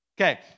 Okay